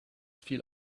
viel